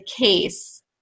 case